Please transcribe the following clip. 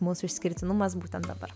mūsų išskirtinumas būtent dabar